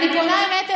האמת,